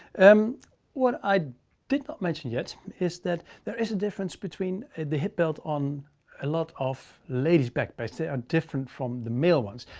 um what i did not mention yet is that there is a difference between the hip belt on a lot of ladies' backpacks that are different from the male ones.